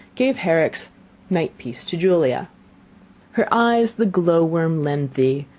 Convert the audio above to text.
gave herrick's night-piece to julia her eyes the glow-worm lend thee,